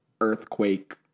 Earthquake